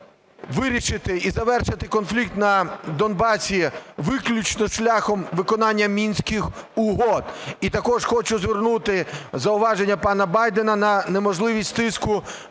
вирішити і завершити конфлікт на Донбасі виключно шляхом виконання Мінських угод. І також хочу звернути на зауваження пана Байдена на неможливість тиску